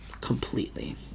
Completely